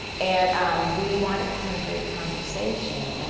and we wind up having a great conversation. and